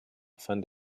van